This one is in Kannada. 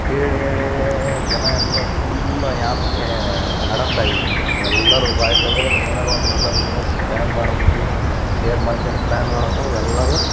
ಹೇಳಿ ಹೇಳಿ ಹೇಳಿ ಹೇಳಿ ಹೇಳಿ ಜನ ಎಲ್ಲ ಫುಲ್ ಆ ಯಾಪ್ಗೇ ಅಡಾಪ್ಟ್ ಆಗಿಬಿಟ್ಟಿದ್ರು ಎಲ್ಲರು ಬಾಯಿ ತೆಗದ್ರೆ ಏನಾದ್ರು ಒಂದು ಹೊಸ ಬಿಸ್ನೆಸ್ ಪ್ಲ್ಯಾನ್ ಮಾಡ್ಬೇಕು ಷೇರ್ ಮಾರ್ಕೇಟ್ ಪ್ಲ್ಯಾನ್ ಮಾಡ್ಬೇಕಂದ್ರೆ ಎಲ್ಲರೂ